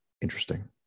Interesting